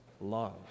love